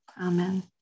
Amen